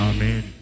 Amen